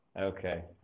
okay